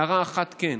הערה אחת כן: